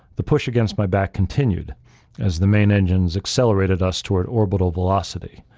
the push against my back continued as the main engines accelerated us toward orbital velocity.